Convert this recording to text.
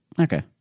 okay